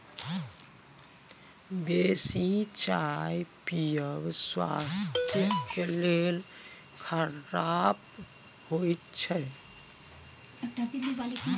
बेसी चाह पीयब स्वास्थ्य लेल खराप होइ छै